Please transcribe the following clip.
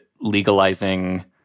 legalizing